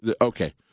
Okay